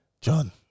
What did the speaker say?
John